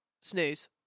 snooze